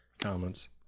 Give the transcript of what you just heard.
comments